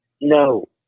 No